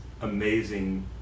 amazing